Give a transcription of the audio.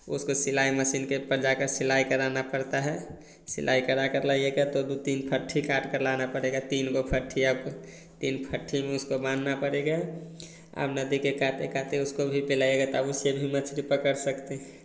उसको सिलाई मसीन के पर जाकर सिलाई कराना पड़ता है सिलाई कराकर लाइएगा तो दो तीन फट्ठी काटकर लाना पड़ेगा तीन गो फट्ठी या तीन फट्ठी में उसको बान्हना पड़ेगा आब नदी के काते काते उसको भी पेलाइएगा तब उससे भी मछली पकड़ सकते